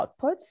outputs